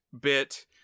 bit